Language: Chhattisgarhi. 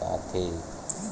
जाथे